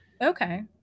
Okay